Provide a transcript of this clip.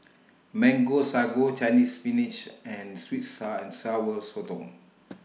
Mango Sago Chinese Spinach and Sweet Sour and Sour Sotong